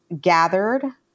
gathered